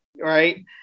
right